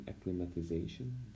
acclimatization